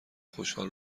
خوشحال